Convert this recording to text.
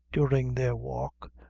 during their walk,